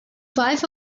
wife